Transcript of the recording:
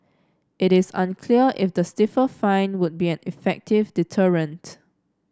it is unclear if the stiffer fine would be an effective deterrent